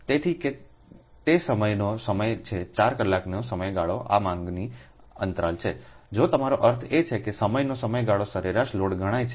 તેથી કે તે સમયનો સમય છે 4 કલાકનો સમયગાળો એ માંગનો અંતરાલ છે જો તમારો અર્થ એ છે કે સમયનો સમયગાળો સરેરાશ લોડ ગણાય છે